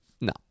no